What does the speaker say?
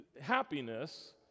happiness